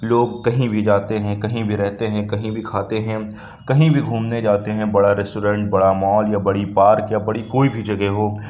لوگ کہیں بھی جاتے ہیں کہیں بھی رہتے ہیں کہیں بھی کھاتے ہیں کہیں بھی گھومنے جاتے ہیں بڑا ریسٹورینٹ بڑا مال یا بڑی پارک یا بڑی کوئی بھی جگہ ہو